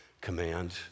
command